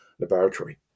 laboratory